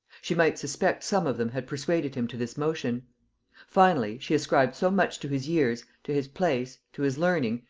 she might suspect some of them had persuaded him to this motion finally, she ascribed so much to his years, to his place, to his learning,